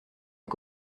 est